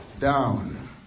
down